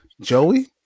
Joey